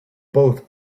both